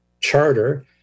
charter